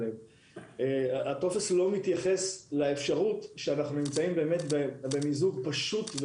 הטופס לא מתייחס לאפשרות שאנחנו נמצאים באמת במיזוג פשוט,